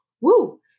woo